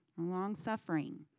long-suffering